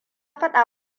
faɗa